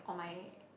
on my